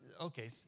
Okay